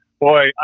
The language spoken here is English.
Boy